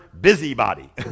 busybody